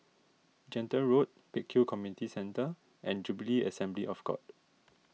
Gentle Road Pek Kio Community Centre and Jubilee Assembly of God